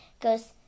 goes